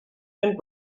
and